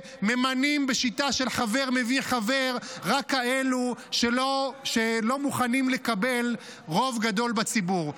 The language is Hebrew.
שממנים בשיטה של חבר מביא חבר רק כאלה שלא מוכנים לקבל רוב גדול בציבור.